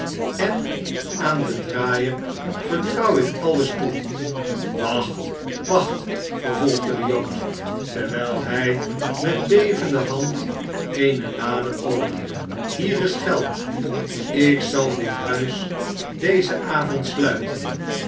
en aan den draaier vertrouw ik alles toe wacht wacht vervolgde de jood terwijl hij met bevende hand eene lade opende hier is geld ik zal dit huis dezen avond sluiten